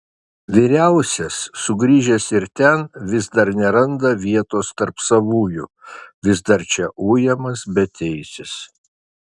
vyriausias sugrįžęs ir ten vis dar neranda vietos tarp savųjų vis dar čia ujamas beteisis